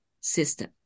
system